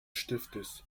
stiftes